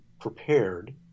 prepared